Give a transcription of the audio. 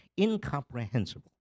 incomprehensible